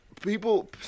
people